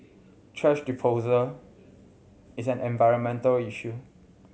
thrash disposal is an environmental issue